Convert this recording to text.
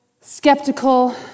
skeptical